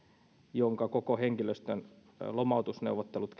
jonka koko henkilöstön lomautusneuvottelut